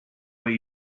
way